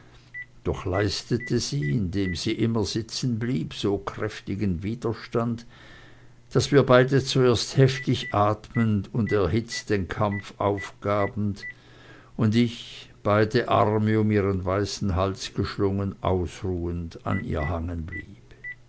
doch leistete sie indem sie immer sitzen blieb so kräftigen widerstand daß wir beide zuletzt heftig atmend und erhitzt den kampf aufgaben und ich beide arme um ihren weißen hals geschlungen ausruhend an ihr hangen blieb